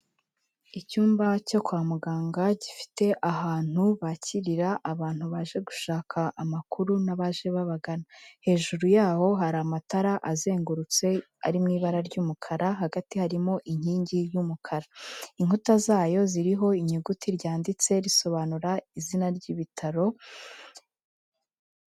Icyumba cyo kwa muganga gifite ahantu bakirira abantu baje gushaka amakuru n'abaje babagana, hejuru yaho hari amatara azengurutse ari mu ibara ry'umukara, hagati harimo inkingi y'umukara. Inkuta zayo ziriho inyuguti ryanditse risobanura izina ry'ibitaro...